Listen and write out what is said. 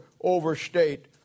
overstate